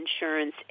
insurance